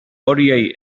horiei